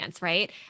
right